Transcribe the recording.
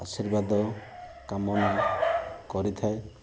ଆଶୀର୍ବାଦ କାମନା କରିଥାଏ